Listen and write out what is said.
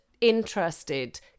interested